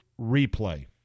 replay